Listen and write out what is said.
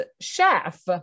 chef